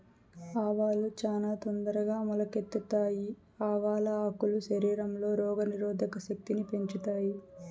ఆవాలు చానా తొందరగా మొలకెత్తుతాయి, ఆవాల ఆకులు శరీరంలో రోగ నిరోధక శక్తిని పెంచుతాయి